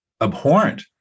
Abhorrent